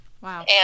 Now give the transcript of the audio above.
wow